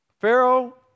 Pharaoh